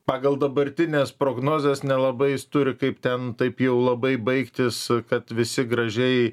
pagal dabartines prognozes nelabai jis turi kaip ten taip jau labai baigtis kad visi gražiai